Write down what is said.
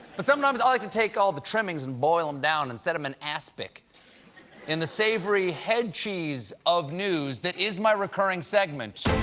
but sometimes i like to take the trimmings, and boil them down, and set them in aspic in the savory head cheese of news that is my recurring segment